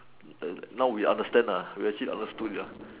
err now we understand nah we actually understood it lah